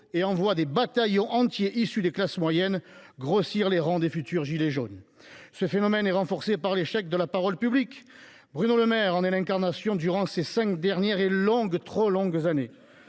et envoie des bataillons entiers issus des classes moyennes grossir les rangs des futurs « gilets jaunes ». Ce phénomène est renforcé par l’échec de la parole publique, dont Bruno Le Maire fut l’incarnation au cours de ces cinq dernières et longues, trop longues années.